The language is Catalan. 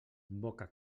boca